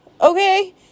Okay